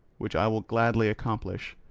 which i will gladly accomplish,